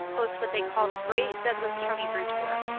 host what they call the great douglas county brew tour.